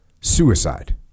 suicide